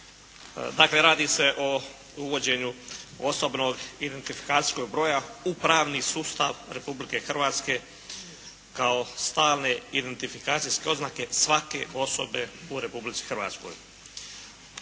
Dakle, radi se o uvođenju osobnog identifikacijskog broja u pravni sustav Republike Hrvatske kao stalne identifikacijske oznake svake osobe u Republici Hrvatskoj.